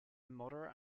moderate